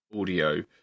audio